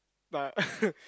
but